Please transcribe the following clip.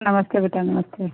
नमस्ते बेटा नमस्ते